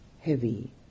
heavy